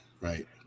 Right